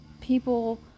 people